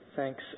Thanks